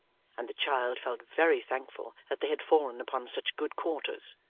and the child felt very thankful that they had fallen upon such good quarters.